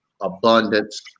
abundance